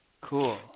Cool